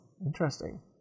interesting